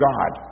God